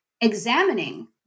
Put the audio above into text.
examining